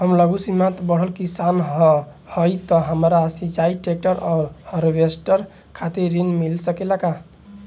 हम लघु सीमांत बड़ किसान हईं त हमरा सिंचाई ट्रेक्टर और हार्वेस्टर खातिर ऋण मिल सकेला का?